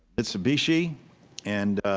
mitsubishi and